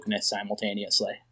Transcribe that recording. simultaneously